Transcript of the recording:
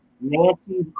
Nancy's